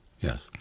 Yes